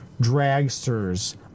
dragsters